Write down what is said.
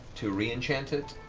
to re-enchant it